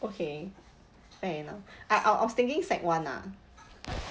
okay fair enough I I I was thinking sec one ah